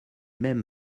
même